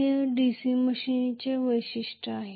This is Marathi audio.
हे DC मशीनचे वैशिष्ट्य आहे